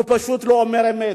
הוא פשוט לא אומר אמת.